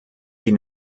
die